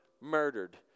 murdered